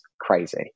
crazy